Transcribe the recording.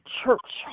church